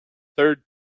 third